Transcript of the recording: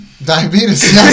Diabetes